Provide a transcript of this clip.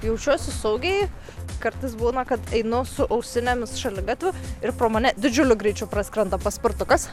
jaučiuosi saugiai kartais būna kad einu su ausinėmis šaligatviu ir pro mane didžiuliu greičiu praskrenda paspirtukas